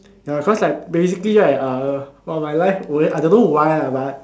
ya cause like basically right uh all my life w~ I don't know why ah but